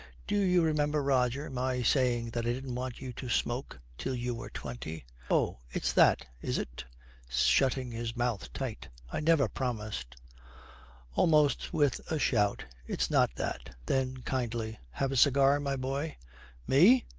do you remember, roger, my saying that i didn't want you to smoke till you were twenty oh, it's that, is it shutting his mouth tight, i never promised almost with a shout, it's not that then kindly, have a cigar, my boy me?